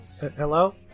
Hello